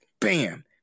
Bam